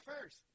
first